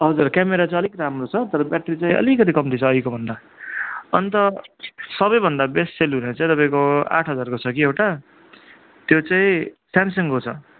हजुर क्यामरा चाहिँ अलिक राम्रो छ तर ब्याट्री चाहिँ अलिकति कम्ती छ अघिको भन्दा अन्त सब भन्दा बेस्ट सेल हुने चाहिँ तपाईँको आठ हजारको छ कि एउटा त्यो चाहिँ सेमसङको छ